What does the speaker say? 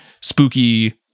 spooky